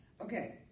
okay